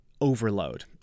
overload